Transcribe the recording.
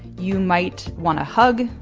you might want a hug.